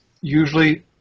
usually